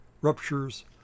ruptures